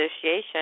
Association